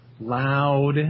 loud